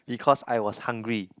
because I was hungry